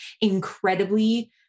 incredibly